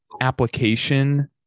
application